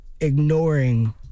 ignoring